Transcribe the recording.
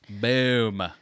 Boom